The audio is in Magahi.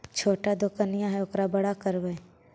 छोटा दोकनिया है ओरा बड़ा करवै?